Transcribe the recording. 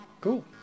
Cool